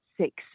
six